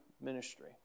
ministry